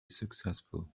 successful